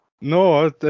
No